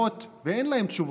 ואין להם תשובות,